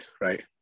right